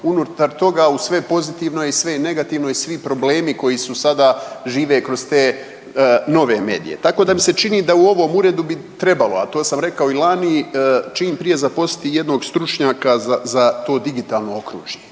Unutar toga uz sve pozitivno i sve negativno i svi problemi koji sada žive kroz te nove medije, tako da mi se čini da u ovom uredu bi trebalo, a to sam rekao i lani čim prije zaposliti jednog stručnjaka za to digitalno okružje